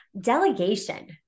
delegation